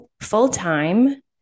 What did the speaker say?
full-time